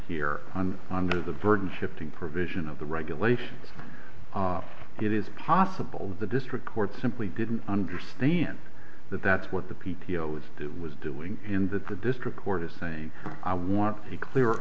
here and under the burden shifting provision of the regulations it is possible the district court simply didn't understand that that's what the p t o is was doing in that the district court is saying i want a clear